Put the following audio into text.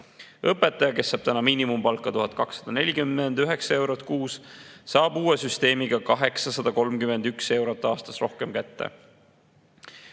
Õpetaja, kes saab täna miinimumpalka [1749] eurot kuus, saab uue süsteemiga 831 eurot aastas rohkem kätte.